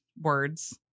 words